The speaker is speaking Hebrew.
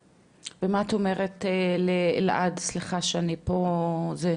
ומה את אומרת לאלעד, סליחה שאני פה זה,